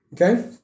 Okay